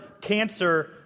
cancer